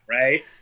right